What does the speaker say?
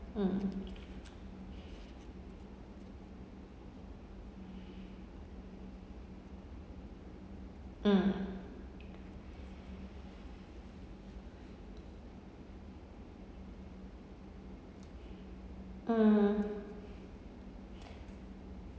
mm mm mm